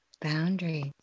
boundaries